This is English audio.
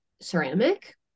ceramic